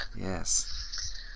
Yes